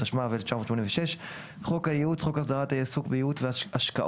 התשמ"ו 1986; "חוק הייעוץ" חוץ הסדרת העיסוק בייעוץ השקעות,